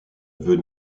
veut